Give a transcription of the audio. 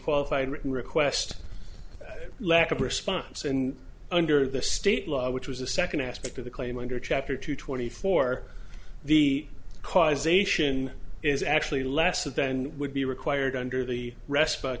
written request lack of response and under the state law which was the second aspect of the claim under chapter two twenty four the causation is actually less than would be required under the rest